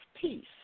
peace